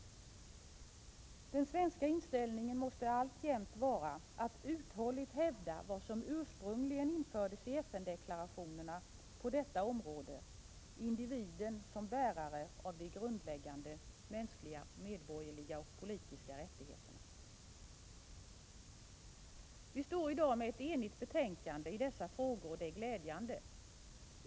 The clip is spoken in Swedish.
Den svenska inställningen måste alltjämt vara att uthålligt hävda vad som ursprungligen infördes i FN-deklarationerna på detta område: individen som bärare av de grundläggande mänskliga, medborgerliga och politiska rättigheterna. Vi har i dag ett i dessa frågor enigt betänkande, och det är glädjande.